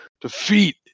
Defeat